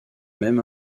même